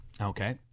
okay